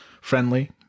friendly